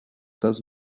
does